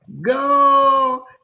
Go